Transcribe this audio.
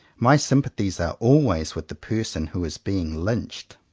my sympathies are always with the person who is being lynched.